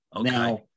Now